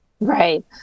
Right